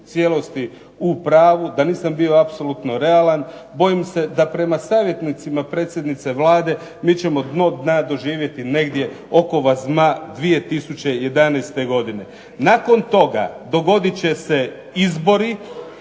cijelosti u pravu, da nisam bio apsolutno realan, bojim se da prema savjetnicima predsjednicima Vlade mi ćemo dno dna doživjeti negdje oko vzma 2011. godine. Nakon toga dogoditi će se izbori